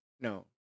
No